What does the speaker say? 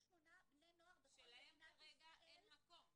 88 בני נוער בכל מדינת ישראל --- שלהם כרגע אין מקום.